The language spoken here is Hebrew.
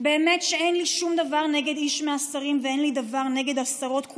באמת שאין לי שום דבר נגד איש מהשרים ואין לי דבר נגד השרות,